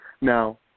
Now